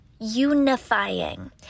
unifying